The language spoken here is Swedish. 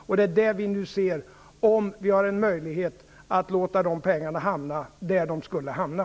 Vi håller nu på att undersöka om vi har en möjlighet att låta de pengarna hamna där de skulle hamna.